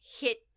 hit